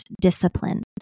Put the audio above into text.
disciplined